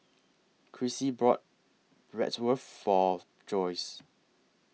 Chrissie bought Bratwurst For Joyce